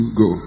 go